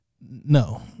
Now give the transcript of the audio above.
No